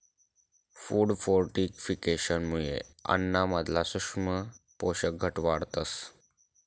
food फोर्टिफिकेशनमुये अन्नाना मधला सूक्ष्म पोषक घटक वाढतस